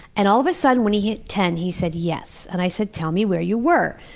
and all of a sudden, when he hit ten, he said yes. and i said, tell me where you were.